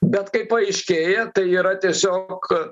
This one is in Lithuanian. bet kai paaiškėja tai yra tiesiog